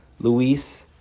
Luis